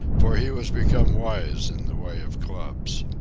for he was become wise in the way of clubs.